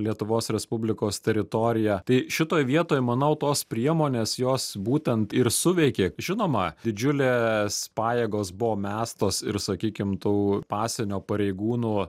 lietuvos respublikos teritoriją tai šitoj vietoj manau tos priemonės jos būtent ir suveikė žinoma didžiulės pajėgos buvo mestos ir sakykim tų pasienio pareigūnų